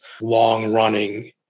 long-running